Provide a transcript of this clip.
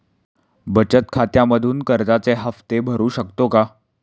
बचत खात्यामधून कर्जाचे हफ्ते भरू शकतो का?